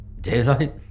Daylight